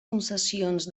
concessions